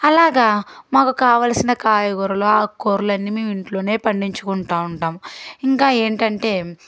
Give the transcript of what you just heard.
అలాగా మాకు కావాలసిన కాయగూరలు ఆకుకూరలు అన్నీ మేము ఇంట్లోనే పండించుకుంటూ ఉంటాము ఇంకా ఏంటంటే